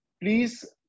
please